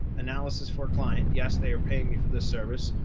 analysis for client. yes, they are paying me for this service.